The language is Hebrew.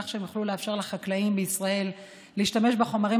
כך שהם יוכלו לאפשר לחקלאים בישראל להשתמש בחומרים